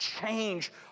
change